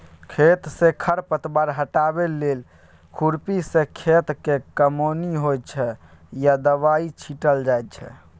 खेतसँ खर पात हटाबै लेल खुरपीसँ खेतक कमौनी होइ छै या दबाइ छीटल जाइ छै